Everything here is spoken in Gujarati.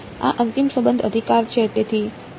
આ અંતિમ સંબંધ અધિકાર છે